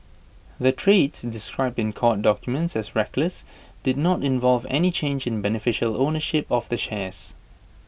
the trades described in court documents as reckless did not involve any change in beneficial ownership of the shares